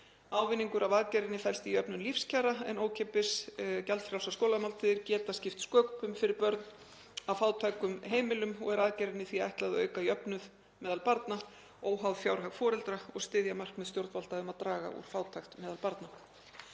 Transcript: Ávinningur af aðgerðinni felst í jöfnun lífskjara en ókeypis gjaldfrjálsar skólamáltíðir geta skipt sköpum fyrir börn af fátækum heimilum og er aðgerðinni því ætlað að auka jöfnuð meðal barna óháð fjárhag foreldra og styðja markmið stjórnvalda um að draga úr fátækt meðal barna.